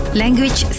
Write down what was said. language